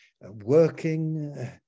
working